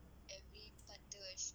but